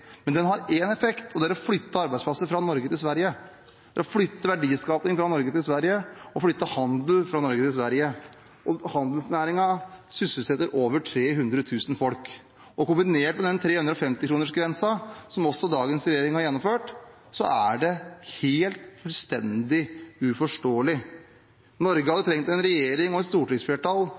Men den har én effekt, og det er å flytte arbeidsplasser fra Norge til Sverige, det er å flytte verdiskaping fra Norge til Sverige, å flytte handel fra Norge til Sverige. Handelsnæringen sysselsetter over 300 000 folk. Kombinert med den 350-kronersgrensen som dagens regjering også har gjennomført, er det helt, fullstendig, uforståelig. Norge hadde trengt en regjering og et stortingsflertall